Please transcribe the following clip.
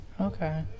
okay